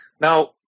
Now